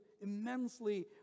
immensely